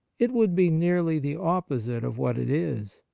it would be nearly the opposite of what it is,